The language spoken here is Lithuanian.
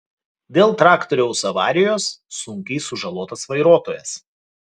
dėl traktoriaus avarijos sunkiai sužalotas vairuotojas